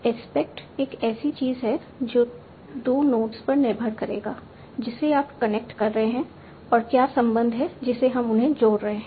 aspect एक ऐसी चीज है जो 2 नोड्स पर निर्भर करेगा जिसे आप कनेक्ट कर रहे हैं और क्या संबंध है जिससे हम उन्हें जोड़ रहे हैं